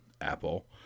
Apple